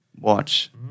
watch